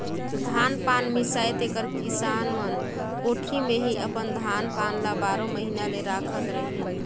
धान पान मिसाए तेकर किसान मन कोठी मे ही अपन धान पान ल बारो महिना ले राखत रहिन